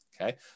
okay